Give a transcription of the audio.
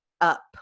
up